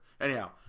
Anyhow